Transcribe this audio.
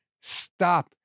stop